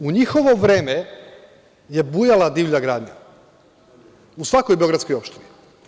U njihovo vreme je bujala divlja gradnja u svakoj beogradskoj opštini.